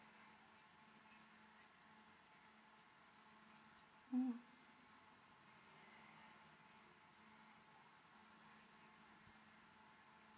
mm